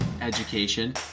education